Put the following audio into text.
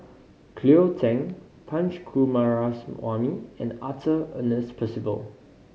Cleo Thang Punch Coomaraswamy and Arthur Ernest Percival